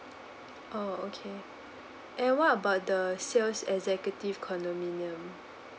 oh okay and what about the sales executive condominium